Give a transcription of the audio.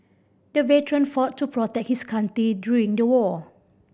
the veteran fought to protect his country during the war